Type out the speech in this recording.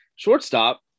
shortstop